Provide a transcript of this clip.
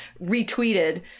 retweeted